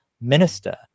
minister